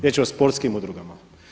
Riječ je o sportskim udrugama.